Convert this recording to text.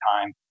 time